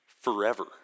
forever